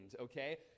okay